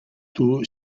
two